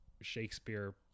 Shakespeare